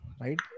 right